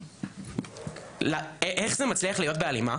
אבל איך זה מצליח להיות בהלימה